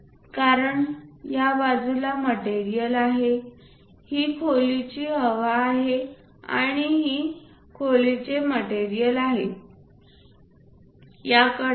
कारण या बाजूला मटेरियल आहे ही खोलीची हवा आहे आणि ही खोलीचे मटेरियल आहे या कडा आहेत